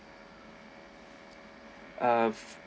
ah